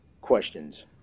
questions